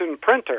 printer